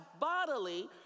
bodily